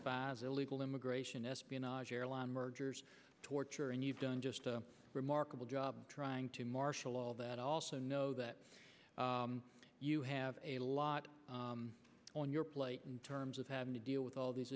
spies illegal immigration espionage airline mergers torture and you've done just a remarkable job trying to marshal all that also know that you have a lot on your plate in terms of having to deal with all these